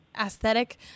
aesthetic